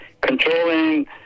controlling